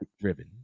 driven